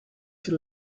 she